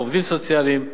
עובדים סוציאליים,